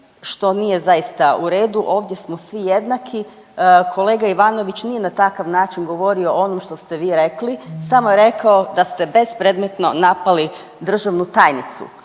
što nije zaista u redu, ovdje smo zaista svi jednaki. Kolega Ivanović nije na takav način govorio o onom što ste vi rekli samo je rekao da ste bespredmetno napali državnu tajnicu